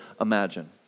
imagine